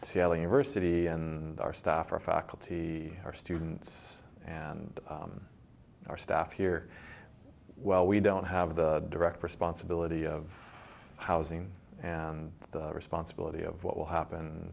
sailing versity and our staff our faculty our students and our staff here well we don't have the direct responsibility of housing and the responsibility of what will happen